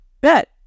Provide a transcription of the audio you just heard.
Bet